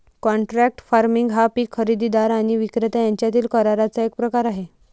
contract farming हा पीक खरेदीदार आणि विक्रेता यांच्यातील कराराचा एक प्रकार आहे